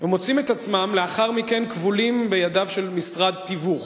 ומוצאים את עצמם לאחר מכן כבולים בידיו של משרד תיווך.